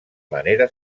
manera